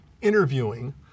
interviewing